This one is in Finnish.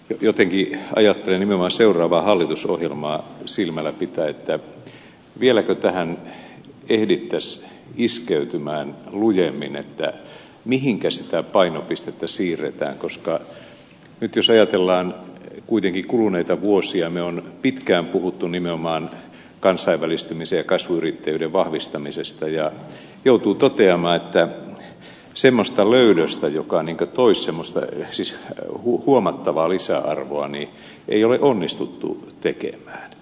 jotenkin ajattelen nimenomaan seuraavaa hallitusohjelmaa silmällä pitäen vieläkö tähän ehdittäisiin iskeytymään lujemmin mihinkä sitä painopistettä siirretään koska nyt jos ajatellaan kuitenkin kuluneita vuosia me olemme pitkään puhuneet nimenomaan kansainvälistymisen ja kasvuyrittäjyyden vahvistamisesta ja joutuu toteamaan että semmoista löydöstä joka toisi huomattavaa lisäarvoa ei ole onnistuttu tekemään